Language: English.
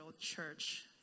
church